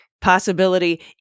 possibility